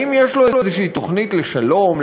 האם יש לו איזושהי תוכנית לשלום?